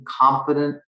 confident